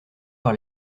par